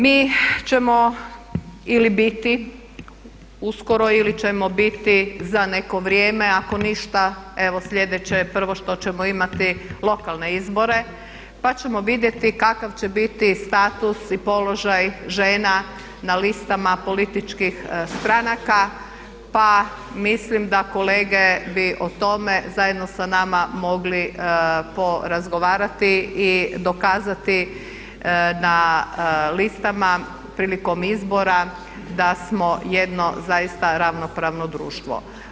Mi ćemo ili biti uskoro ili ćemo biti za neko vrijeme ako ništa evo sljedeće prvo što ćemo imati lokalne izbore pa ćemo vidjeti kakav će biti status i položaj žena na listama političkih stranaka pa mislim da kolege bi o tome zajedno sa nama mogli porazgovarati i dokazati na listama prilikom izbora da smo jedno zaista ravnopravno društvo.